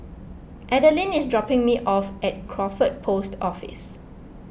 Adeline is dropping me off at Crawford Post Office